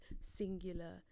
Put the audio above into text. singular